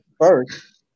first